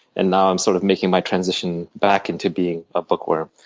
and now i'm sort of making my transition back into being a bookworm.